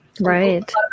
Right